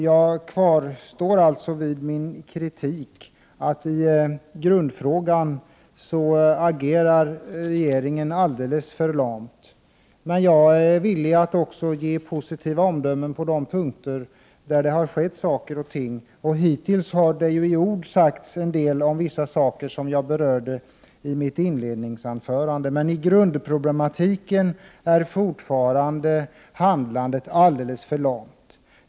Jag står kvar vid min kritik att regeringen i grundfrågan agerar alldeles för lamt. Men jag är också villig att ge positiva omdömen på de punkter där det har skett saker och ting. Hittills har det i ord sagts en del om vissa saker som jag berörde i mitt inledningsanförande. Men när det gäller grundproblemet är handlandet fortfarande alldeles för lamt.